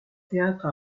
théâtre